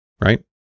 right